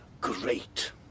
Great